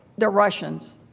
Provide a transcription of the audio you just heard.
the russians.